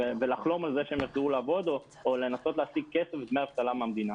ולחלום על זה שהם יחזרו לעבוד או לנסות להשיג כסף ודמי אבטלה מהמדינה.